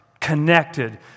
connected